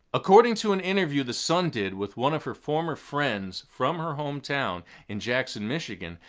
according to an interview the sun did with one of her former friends from her hometown in jackson, michigan,